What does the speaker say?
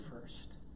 first